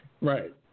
right